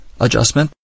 adjustment